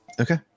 Okay